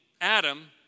Adam